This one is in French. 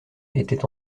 était